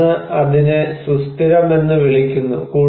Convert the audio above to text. തുടർന്ന് അതിനെ സുസ്ഥിരമെന്ന് വിളിക്കുന്നു